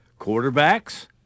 quarterbacks